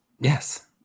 Yes